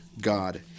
God